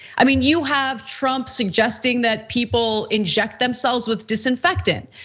i mean, you have trump's suggesting that people inject themselves with disinfectant.